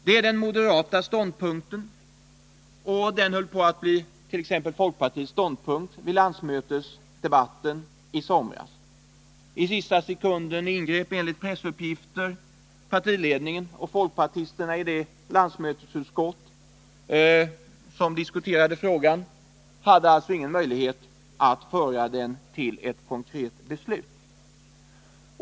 Detta är den moderata ståndpunkten, och den höll på att bli också folkpartiets ståndpunkt vid landsmötesdebatten i somras, men i sista sekunden ingrep enligt pressuppgifter partiledningen, och folkpartisterna i det landsmötesutskott som diskuterade frågan hade alltså ingen möjlighet att föra den till ett konkret beslut.